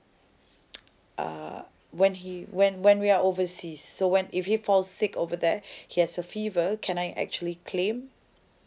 uh when he when when we are overseas so when if he fall sick over there he has a fever can I actually claim